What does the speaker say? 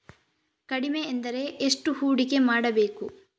ಕಡಿಮೆ ಎಂದರೆ ಎಷ್ಟು ಹೂಡಿಕೆ ಮಾಡಬೇಕು?